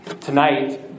tonight